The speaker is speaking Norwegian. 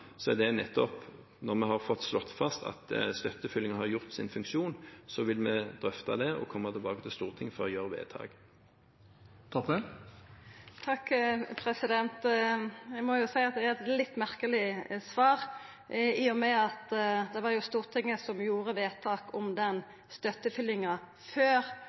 Når vi har fått slått fast at støttefyllingen har hatt sin funksjon, vil vi drøfte det og komme tilbake til Stortinget for å gjøre vedtak. Eg må seia at det er eit litt merkeleg svar, i og med at det jo var Stortinget som gjorde vedtak om den støttefyllinga før